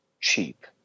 cheap